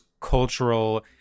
cultural